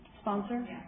Sponsor